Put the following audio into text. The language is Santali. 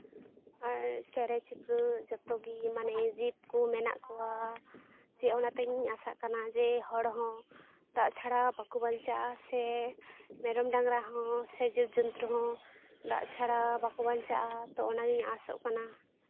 ᱟᱨ ᱪᱮᱬᱮᱼᱪᱤᱯᱨᱩᱫ ᱡᱚᱛᱚ ᱜᱮ ᱢᱟᱱᱮ ᱡᱤᱵᱽ ᱠᱚ ᱢᱮᱱᱟᱜ ᱠᱚᱣᱟ ᱡᱮ ᱚᱱᱟᱛᱤᱧ ᱟᱥᱟᱜ ᱠᱟᱱᱟ ᱡᱮ ᱦᱚᱲ ᱦᱚᱸ ᱫᱟᱜ ᱪᱷᱟᱲᱟ ᱵᱟᱠᱚ ᱵᱟᱧᱪᱟᱜᱼᱟ ᱥᱮ ᱢᱮᱨᱚᱢ ᱰᱟᱝᱨᱟ ᱦᱚᱸ ᱥᱮ ᱡᱤᱵᱽᱼᱡᱚᱱᱛᱩ ᱦᱚᱸ ᱫᱟᱜ ᱪᱷᱟᱲᱟ ᱵᱟᱠᱚ ᱵᱟᱧᱪᱟᱜᱼᱟ ᱟᱫᱚ ᱚᱱᱟᱜᱤᱧ ᱟᱥᱚᱜ ᱠᱟᱱᱟ